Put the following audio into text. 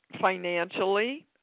financially